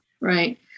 right